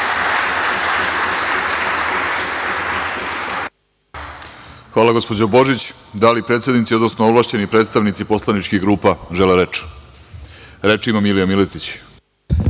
Hvala, gospođo Božić. Da li predsednici, odnosno ovlašćeni predstavnici poslaničkih grupa žele reč? Reč ima narodni